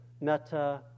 metta